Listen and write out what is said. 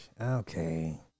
Okay